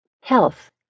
health